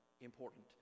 important